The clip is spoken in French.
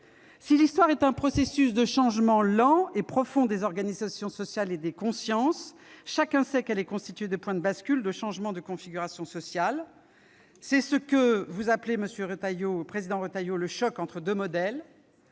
Si l'histoire est un processus de changement lent et profond des organisations sociales et des consciences, chacun sait qu'elle est constituée de points de bascule, de changements de configuration sociale. Monsieur le président Retailleau, c'est ce que vous